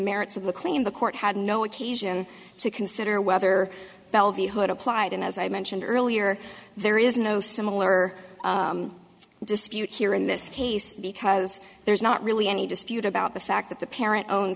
merits of the claim the court had no occasion to consider whether bellevue hood applied and as i mentioned earlier there is no similar dispute here in this case because there's not really any dispute about the fact that the parent own